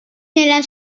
nella